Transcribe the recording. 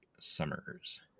Summers